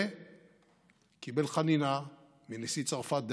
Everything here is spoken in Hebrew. הוא קיבל חנינה מנשיא צרפת דאז,